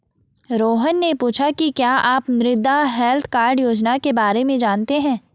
रोहन ने पूछा कि क्या आप मृदा हैल्थ कार्ड योजना के बारे में जानते हैं?